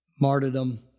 martyrdom